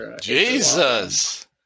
Jesus